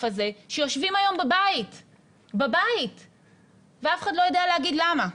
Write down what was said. הזה שיושבים היום בבית ואף אחד לא יודע להגיד למה,